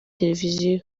televiziyo